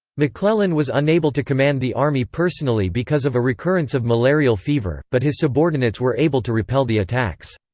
mcclellan was unable to command the army personally because of a recurrence of malarial fever, but his subordinates were able to repel the attacks.